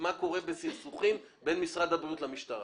מה קורה בסכסוכים בין משרד הבריאות למשטרה.